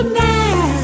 now